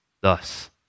Thus